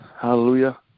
Hallelujah